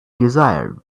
desired